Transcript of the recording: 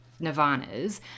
Nirvanas